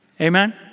Amen